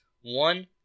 one